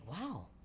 wow